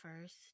first